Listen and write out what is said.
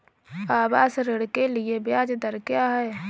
आवास ऋण के लिए ब्याज दर क्या हैं?